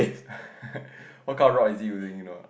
what colour rod is he using you know ah